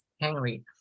Henry